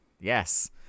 Yes